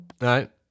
Right